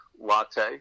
latte